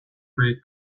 free